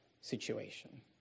situation